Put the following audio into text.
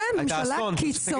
זאת ממשלה קיצונית.